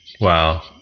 Wow